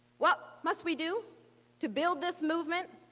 what must we do to build this movement?